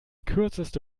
kürzeste